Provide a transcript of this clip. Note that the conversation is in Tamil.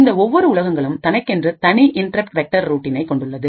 இந்த ஒவ்வொரு உலகங்களும் தனக்கென்று தனி இன்ரப்ட் வெக்டர் ரூடினைகொண்டுள்ளது